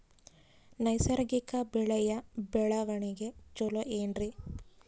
ನೈಸರ್ಗಿಕ ಬೆಳೆಯ ಬೆಳವಣಿಗೆ ಚೊಲೊ ಏನ್ರಿ?